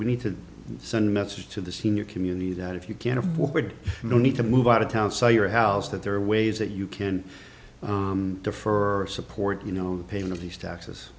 we need to send a message to the senior community that if you can't afford you need to move out of town so your house that there are ways that you can do for support you know paying of these taxes